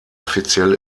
offiziell